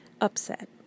upset